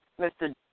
Mr